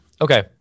Okay